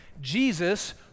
Jesus